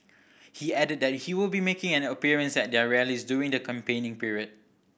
he added that he will be making an appearance at their rallies during the campaigning period